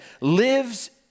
lives